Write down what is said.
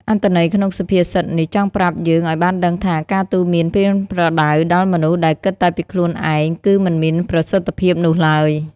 អត្ថន័យក្នុងសុភាសិតនេះចង់ប្រាប់យើងឱ្យបានដឹងថា ការទូន្មានប្រៀនប្រដៅដល់មនុស្សដែលគិតតែពីខ្លួនឯងគឺគញមានប្រសិទ្ធិភាពនោះឡើយ។